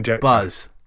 buzz